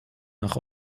nach